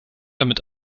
damit